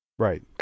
Right